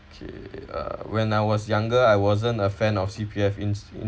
okay uh when I was younger I wasn't a fan of C_P_F ins~ ins~